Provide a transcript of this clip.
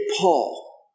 Paul